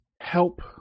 help